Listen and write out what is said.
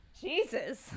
Jesus